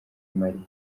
mali